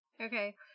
Okay